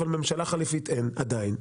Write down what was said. אבל ממשלה חליפית אין עדיין,